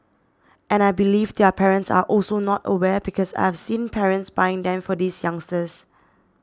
and I believe their parents are also not aware because I have seen parents buying them for these youngsters